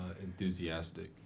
Enthusiastic